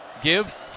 give